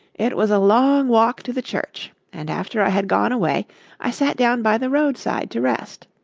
it was a long walk to the church, and after i had gone a way i sat down by the roadside to rest.